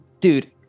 dude